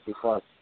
Plus